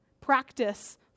Practice